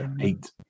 Eight